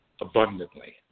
abundantly